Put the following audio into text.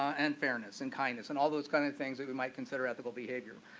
and fairness and kindness and all those kind of things we we might consider ethical behavior.